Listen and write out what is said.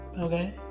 Okay